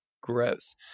gross